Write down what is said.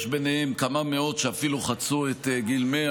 יש ביניהם כמה מאות שאפילו חצו את גיל 100,